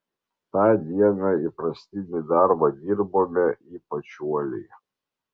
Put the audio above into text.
tą dieną įprastinį darbą dirbome ypač uoliai